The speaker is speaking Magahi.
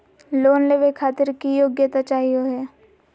लोन लेवे खातीर की योग्यता चाहियो हे?